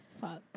Fuck